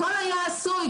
הכול היה עשוי,